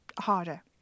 harder